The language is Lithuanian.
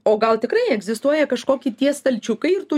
o gal tikrai egzistuoja kažkokį tie stalčiukai ir tu